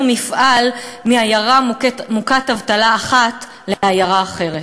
מפעל מעיירה מוכת אבטלה אחת לעיירה אחרת.